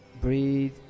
breathe